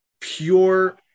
pure